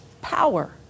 power